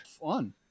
fun